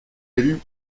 élus